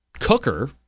cooker